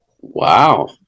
Wow